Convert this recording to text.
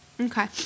okay